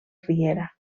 riera